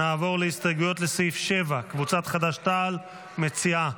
נעבור להסתייגויות לסעיף 7. קבוצת חד"ש-תע"ל מציעה.